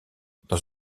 dans